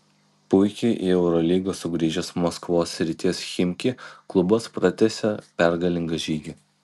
puikiai į eurolygą sugrįžęs maskvos srities chimki klubas pratęsė pergalingą žygį